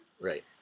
Right